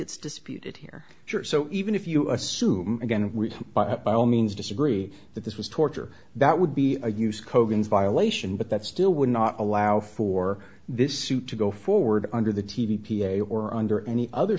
it's disputed here so even if you assume again we buy it by all means disagree that this was torture that would be a use kogan violation but that still would not allow for this suit to go forward under the t v p a or under any other